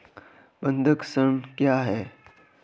बंधक ऋण क्या है?